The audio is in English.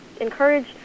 encourage